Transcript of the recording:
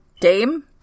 Dame